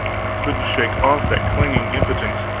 i couldn't shake off that clinging impotence.